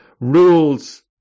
rules